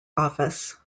office